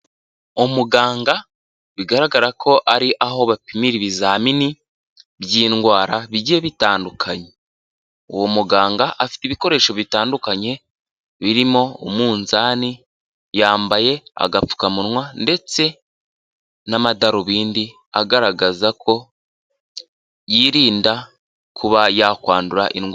Umuganga bigaragara ko ari aho bapimira ibizamini by'indwara bigiye bitandukanye. Uwo muganga afite ibikoresho bitandukanye birimo umunzani, yambaye agapfukamunwa ndetse n'amadarubindi agaragaza ko yirinda kuba yakwandura indwara.